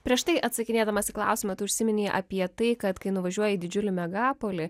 prieš tai atsakinėdamas į klausimą tu užsiminei apie tai kad kai nuvažiuoji į didžiulį megalopolį